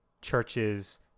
churches